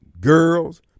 girls